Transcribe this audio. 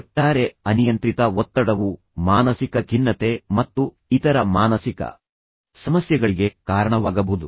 ಒಟ್ಟಾರೆ ಅನಿಯಂತ್ರಿತ ಒತ್ತಡವು ಮಾನಸಿಕ ಖಿನ್ನತೆ ಮತ್ತು ಇತರ ಮಾನಸಿಕ ಸಮಸ್ಯೆಗಳಿಗೆ ಕಾರಣವಾಗಬಹುದು